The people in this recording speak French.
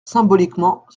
symboliquement